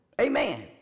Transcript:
amen